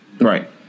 Right